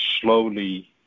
slowly